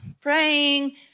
praying